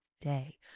day